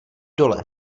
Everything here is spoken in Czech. dole